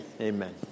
amen